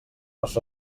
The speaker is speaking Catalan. les